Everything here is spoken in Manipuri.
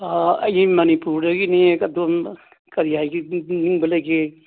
ꯑꯩ ꯃꯅꯤꯄꯨꯔꯗꯒꯤꯅꯤ ꯑꯗꯨꯝ ꯀꯔꯤ ꯍꯥꯏꯕꯤꯅꯤꯡꯕ ꯂꯩꯕꯒꯦ